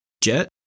Jet